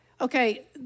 Okay